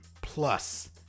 Plus